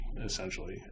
essentially